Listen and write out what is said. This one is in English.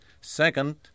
Second